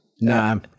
No